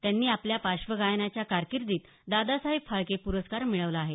त्यांनी आपल्या पार्श्वगायनाच्या कारकिर्दीत दादासाहेब फाळके पुरस्कार मिळवला आहे